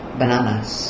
bananas